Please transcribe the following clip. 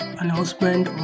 announcement